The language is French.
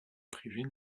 privée